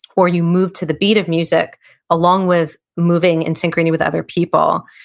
or you move to the beat of music along with moving in synchrony with other people,